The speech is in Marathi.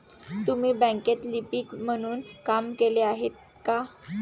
तुम्ही बँकेत लिपिक म्हणूनही काम केले आहे का?